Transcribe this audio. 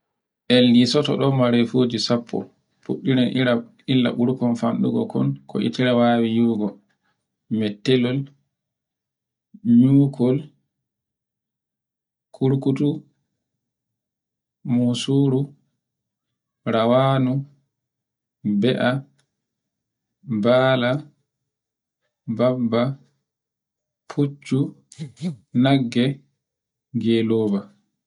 E lisoto ɗo marefuji sappo, fuɗɗiren illa burkol fanɗungo kon, ko itere wawi yogo. Mettelol, nyukol, kurkutu, musuru, rawanu, be'a, bala, babba, fuccu, nagge, geloba.